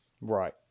Right